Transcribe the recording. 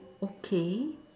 okay